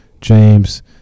James